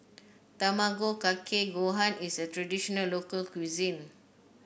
Tamago Kake Gohan is a traditional local cuisine